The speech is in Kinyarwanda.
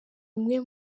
umwe